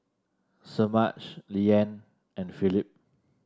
Semaj Leann and Philip